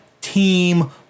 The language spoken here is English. Team